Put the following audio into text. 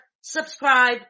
subscribe